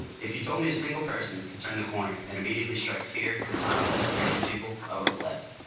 if you told me a single person can turn the corner and immediately strike fear and silence into three hundred people i would have left